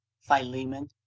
philemon